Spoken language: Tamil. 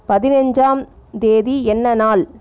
பதினைஞ்சாம் தேதி என்ன நாள்